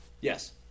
Yes